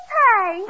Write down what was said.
pay